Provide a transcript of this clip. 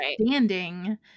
understanding